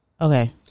Okay